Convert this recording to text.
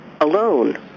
alone